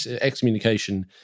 excommunication